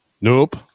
Nope